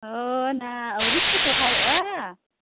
ᱚᱻ ᱱᱟ ᱟᱹᱣᱨᱤ ᱯᱮ ᱥᱚᱦᱚᱨᱟᱭᱚᱜᱼᱟ